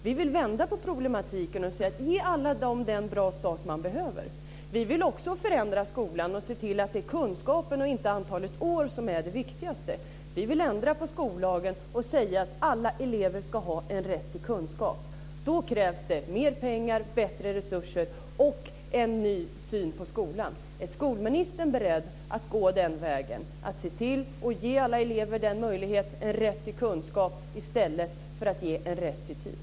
Vi vill vända på problematiken och ge alla den bra start de behöver. Vi vill också förändra skolan och se till att det är kunskapen och inte antalet år som är det viktigaste. Vi vill ändra på skollagen och säga att alla elever ska ha en rätt till kunskap. Då krävs det mer pengar, bättre resurser och en ny syn på skolan. Är skolministern beredd att gå den vägen och se till att ge alla elever en rätt till kunskap i stället för en rätt till tid?